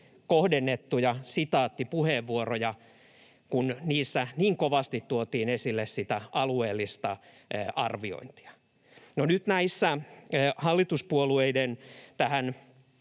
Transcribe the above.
kohdennettuja sitaattipuheenvuoroja, kun niissä niin kovasti tuotiin esille sitä alueellista arviointia. No, nyt näissä hallituspuolueiden tähän